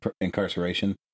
incarceration